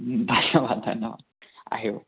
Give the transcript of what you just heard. ধন্যবাদ ধন্যবাদ আহিব